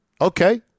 Okay